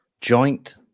Joint